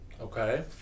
Okay